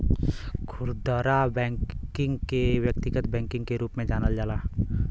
खुदरा बैकिंग के व्यक्तिगत बैकिंग के रूप में जानल जाला